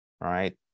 right